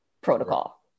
protocol